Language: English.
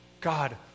God